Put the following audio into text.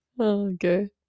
okay